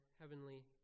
heavenly